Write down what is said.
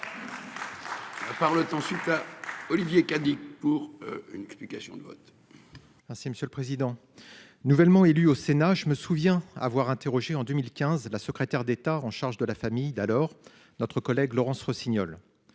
et je déplore. Olivier Cadic pour une explication de vote.-- Si monsieur le président. Nouvellement élu au Sénat, je me souviens avoir interrogé en 2015. La secrétaire d'État en charge de la famille d'alors, notre collègue Laurence Rossignol.